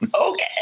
okay